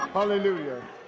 Hallelujah